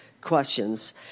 questions